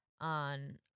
on